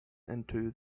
into